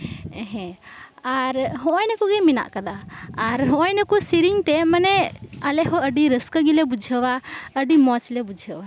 ᱦᱮᱸ ᱟᱨ ᱱᱚᱜᱼᱚᱭ ᱱᱤᱭᱟᱹᱠᱚᱜᱮ ᱢᱮᱱᱟᱜ ᱠᱟᱫᱟ ᱟᱨ ᱱᱚᱜᱜᱼᱚᱭ ᱱᱤᱭᱟᱹ ᱠᱩ ᱥᱤᱨᱤᱧ ᱛᱮ ᱢᱟᱱᱮ ᱟᱞᱮ ᱦᱚᱸ ᱟᱹᱰᱤ ᱨᱟᱹᱥᱠᱟᱹ ᱜᱮᱞᱮ ᱵᱩᱡᱷᱟᱹᱣᱟ ᱟᱹᱰᱤ ᱢᱚᱸᱡ ᱞᱮ ᱵᱩᱡᱷᱟᱹᱣᱟ